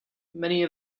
many